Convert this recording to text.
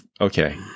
Okay